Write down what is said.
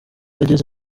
ageze